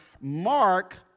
Mark